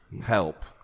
help